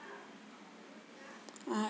ah